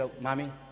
Mommy